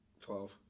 Twelve